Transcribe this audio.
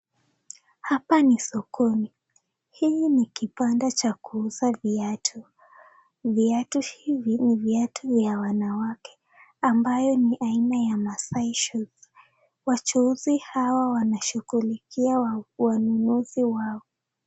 Hapa ni sokoni. Hii ni kibanda cha kuuza viatu. Viatu hivi ni viatu ya wanawake ambayo ni aina ya Maasai shoes . Wachuuzi hawa wanashughulikia wanunuzi wao.